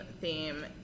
theme